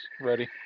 ready